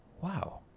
wow